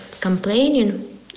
complaining